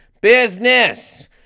business